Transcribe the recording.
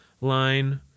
line